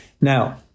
Now